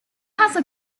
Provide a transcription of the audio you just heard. has